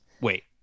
wait